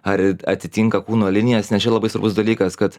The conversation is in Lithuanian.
ar atitinka kūno linijas nes čia labai svarbus dalykas kad